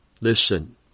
Listen